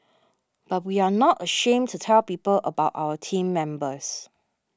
but we are not ashamed to tell people about our team members